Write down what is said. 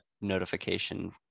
notification